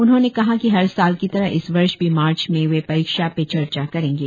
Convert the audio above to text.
उन्होंने कहा कि हर साल की तरह इस वर्ष भी मार्च में वे परीक्षा पे चर्चा करेंगे